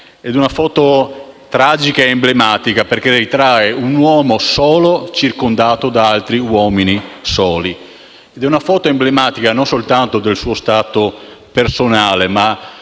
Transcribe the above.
Una foto tragica ed emblematica, perché ritrae un uomo solo, circondato da altri uomini soli. È una foto emblematica non soltanto del suo stato personale, ma